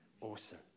Awesome